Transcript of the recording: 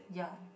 ya